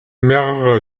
mehrere